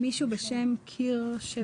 מישהו בשם קירשבלום.